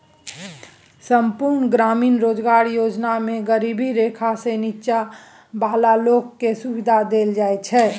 संपुर्ण ग्रामीण रोजगार योजना मे गरीबी रेखासँ नीच्चॉ बला लोक केँ सुबिधा देल जाइ छै